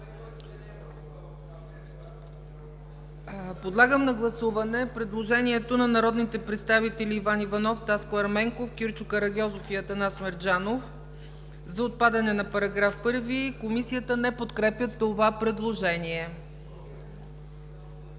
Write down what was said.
Подлагам на гласуване предложението на народните представители Иван Иванов, Таско Ерменков, Кирчо Карагьозов и Атанас Мерджанов за отпадане на § 1. Комисията не подкрепя това предложение.